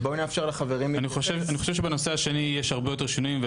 אני חושב שבנושא השני יש הרבה יותר שינויים.